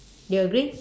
you agree